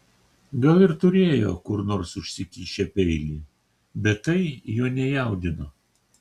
gal ir turėjo kur nors užsikišę peilį bet tai jo nejaudino